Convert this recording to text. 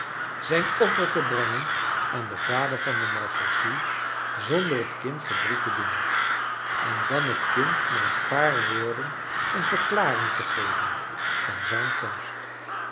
zijn offer te brengen aan den vader van de marshalsea zonder het kind verdric t te doen en dan het kind met een paar woordeneen verklaring te geven van zijn komst